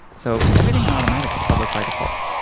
so everything in automattic is public by default.